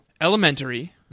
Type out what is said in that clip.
elementary